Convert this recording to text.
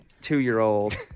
two-year-old